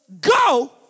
Go